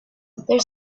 they